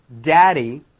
daddy